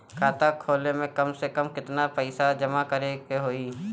खाता खोले में कम से कम केतना पइसा जमा करे के होई?